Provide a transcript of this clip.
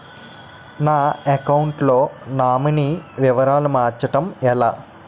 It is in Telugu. నా అకౌంట్ లో నామినీ వివరాలు మార్చటం ఎలా?